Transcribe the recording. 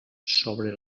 sobre